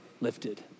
lifted